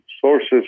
sources